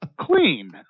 clean